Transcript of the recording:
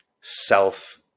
self